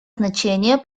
значение